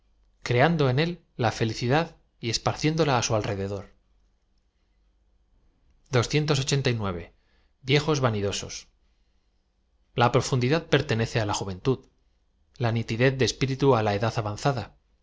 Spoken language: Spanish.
creando en él la felicidad y esparci á su alrededor vs vanidosos a profundidad pertenece á la juventud la nitidez de espiritu á la edad avanzada